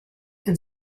and